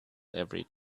every